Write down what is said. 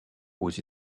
aux